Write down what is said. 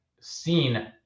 seen